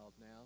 now